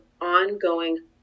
ongoing